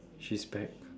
she's back